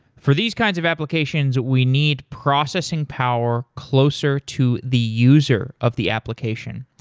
for these kinds of applications we need processing power closer to the user of the application.